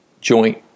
joint